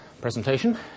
presentation